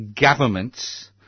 government's